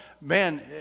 man